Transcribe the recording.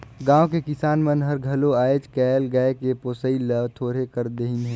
गाँव के किसान मन हर घलो आयज कायल गाय के पोसई ल थोरहें कर देहिनहे